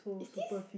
is this